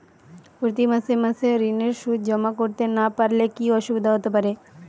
প্রতি মাসে মাসে ঋণের সুদ জমা করতে না পারলে কি অসুবিধা হতে পারে?